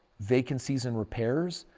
vacancies and repairs,